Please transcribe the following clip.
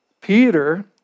Peter